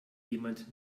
jemand